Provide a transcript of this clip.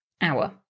hour